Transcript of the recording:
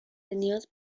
نیاز